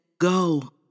Go